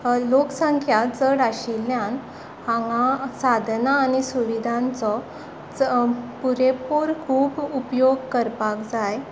लोकसंख्या चड आशिल्ल्यान हांगा साधनां आनी सुविधांचो खूब उपयोग करपाक जाय